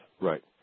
right